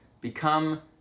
Become